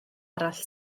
arall